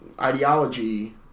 ideology